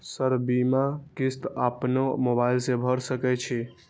Sir बीमा किस्त अपनो मोबाईल से भर सके छी?